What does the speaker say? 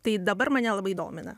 tai dabar mane labai domina